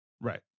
Right